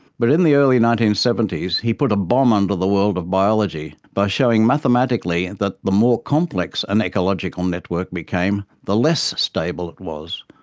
but in the early nineteen seventy s he put a bomb under the world of biology by showing mathematically and that the more complex an ecological network became, the less stable it was.